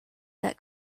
that